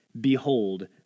Behold